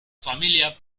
familia